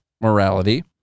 morality